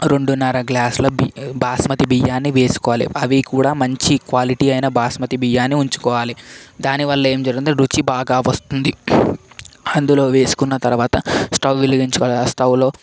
రెండున్నర గ్లాసుల బాస్మతి బియ్యాన్ని వేసుకోవాలి అవి కూడా మంచి క్వాలిటీ అయినా బాస్మతి బియ్యాన్ని ఉంచుకోవాలి దాని వల్ల ఏం జరుగుద్ది రుచి బాగా వస్తుంది అందులో వేసుకున్న తర్వాత స్టవ్ వెలిగించుకోవాలి స్టవ్లో